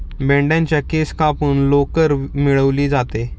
मेंढ्यांच्या केस कापून लोकर मिळवली जाते